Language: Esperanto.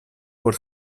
por